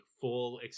full